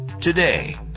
today